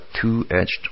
two-edged